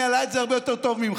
ניהלה את זה הרבה יותר ממך.